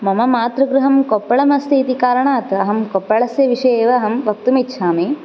मम मातृगृहं कोप्पलमस्ति इति कारणात् अहं कोप्पलस्य विषये एव वक्तुमिच्छामि